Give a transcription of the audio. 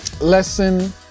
Lesson